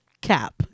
cap